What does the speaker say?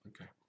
okay